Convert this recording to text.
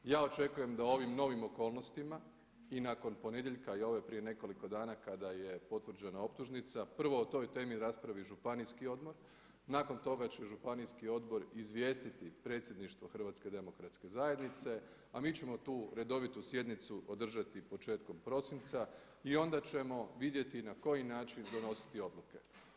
Ja očekujem da u ovim novim okolnostima i nakon ponedjeljka i ove prije nekoliko dana kada je potvrđena optužnica prvo o toj temi raspravi županijski odbor, nakon toga će županijski odbor izvijestiti predsjedništvo HDZ-a a mi ćemo tu redovitu sjednicu održati početkom prosinca i onda ćemo vidjeti na koji način donositi odluke.